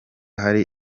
hari